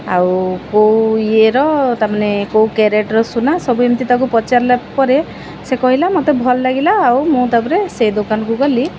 ଆଉ କେଉଁ ଇଏର ତା' ମାନେ କେଉଁ କ୍ୟାରେଟ୍ର ସୁନା ସବୁ ଏମିତି ତାକୁ ପଚାରିଲା ପରେ ସେ କହିଲା ମୋତେ ଭଲ ଲାଗିଲା ଆଉ ମୁଁ ତା'ପରେ ସେ ଦୋକାନକୁ ଗଲି